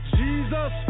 Jesus